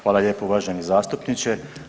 Hvala lijepo uvaženi zastupniče.